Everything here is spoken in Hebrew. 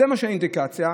זאת האינדיקציה,